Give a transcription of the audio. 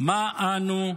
מה אנו,